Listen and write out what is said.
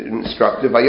instructive